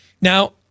Now